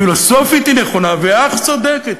פילוסופית היא נכונה ואך צודקת.